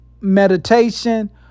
meditation